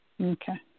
Okay